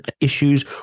issues